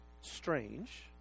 strange